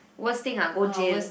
worst thing ah go jail